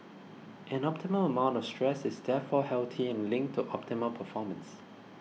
an optimal amount stress is therefore healthy and linked to optimal performance